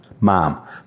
Mom